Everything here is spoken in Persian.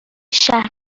شهر